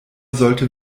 sollte